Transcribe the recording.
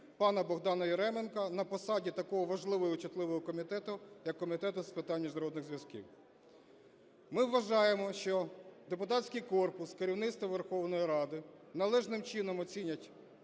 пана Богдана Яременка на посаді такого важливого і чутливого комітету, як Комітет з питань міжнародних зв'язків. Ми вважаємо, що депутатський корпус, керівництво Верховної Ради належним чином оцінять